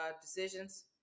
decisions